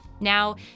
Now